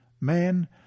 Man